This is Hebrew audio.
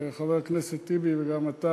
וחבר הכנסת טיבי וגם אתה,